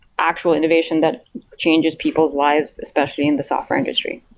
actual innovation that changes people's lives, especially in the software industry.